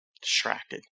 Distracted